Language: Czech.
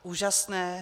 Úžasné.